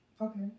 Okay